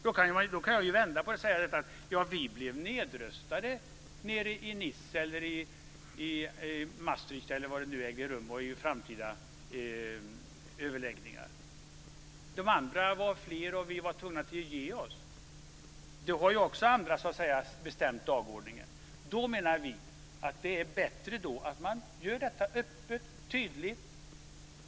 Jag kan vända på det och säga: Vi blev nedröstade nere i Nice eller i Maastricht eller var det nu ägde rum, och i framtida överläggningar. De andra var fler, och vi var tvungna att ge oss. Då har ju också andra bestämt dagordningen! Vi menar därför att det är bättre att man gör detta öppet och tydligt.